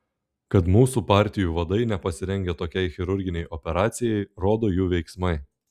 kad mūsų partijų vadai nepasirengę tokiai chirurginei operacijai rodo jų veiksmai